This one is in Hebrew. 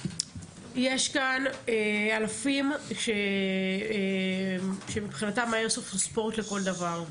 יש כאן אלפים שמבחינתם האיירסופט הוא ספורט לכל דבר.